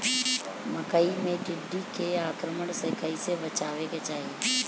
मकई मे टिड्डी के आक्रमण से कइसे बचावे के चाही?